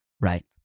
Right